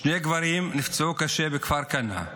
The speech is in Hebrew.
שני גברים נפצעו קשה בכפר כנא,